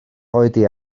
oedi